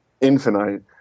infinite